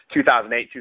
2008